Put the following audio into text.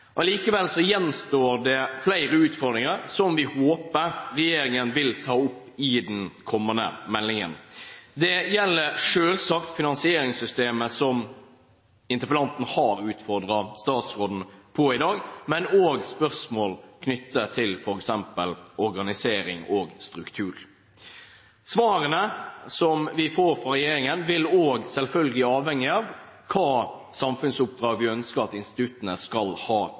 gjenstår det flere utfordringer som vi håper regjeringen vil ta opp i den kommende meldingen. Det gjelder selvsagt finansieringssystemet, som interpellanten har utfordret statsråden på i dag, men også spørsmål knyttet til f.eks. organisering og struktur. Svarene vi får fra regjeringen, vil selvfølgelig også avhenge av hvilke samfunnsoppdrag vi vil at instituttene skal ha